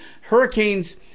hurricanes